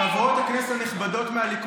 חברות הכנסת הנכבדות מהליכוד,